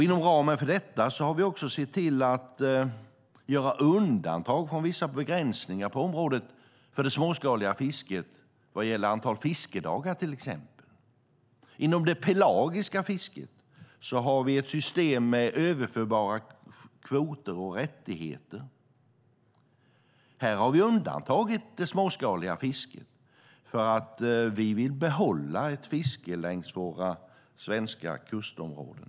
Inom ramen för detta har vi också sett till att göra undantag från vissa begränsningar på området för det småskaliga fisket vad gäller till exempel antalet fiskedagar. Inom det pelagiska fisket har vi ett system med överförbara kvoter och rättigheter. Här har vi undantagit det småskaliga fisket för att vi vill behålla ett fiske längs våra svenska kustområden.